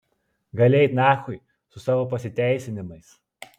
gali eit nachui su savo pasiteisinimais